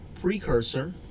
precursor